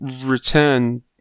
return